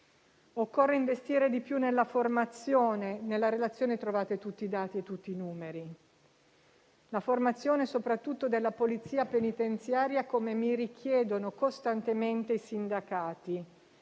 Occorre investire di più nella formazione - nella relazione trovate tutti i dati e i numeri - soprattutto della polizia penitenziaria, come mi richiedono costantemente i sindacati.